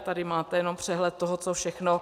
Tady máte jenom přehled toho, co všechno...